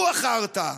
הוא החרטא.